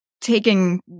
taking